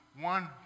one